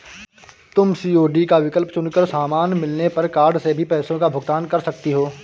तुम सी.ओ.डी का विकल्प चुन कर सामान मिलने पर कार्ड से भी पैसों का भुगतान कर सकती हो